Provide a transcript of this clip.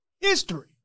History